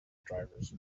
drivers